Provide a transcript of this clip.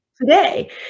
today